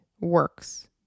works